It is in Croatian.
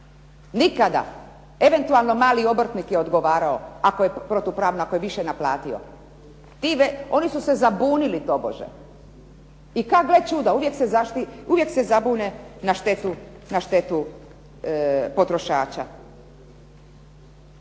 Nikada, eventualno mali obrtnik odgovarao ako je više naplatio. Oni su se zabunili tobože. I gle čuda, uvijek se zabune na štetu potrošača.